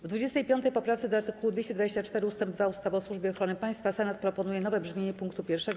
W 25. poprawce do art. 224 ust. 2 ustawy o Służbie Ochrony Państwa Senat proponuje nowe brzmienie pkt 1.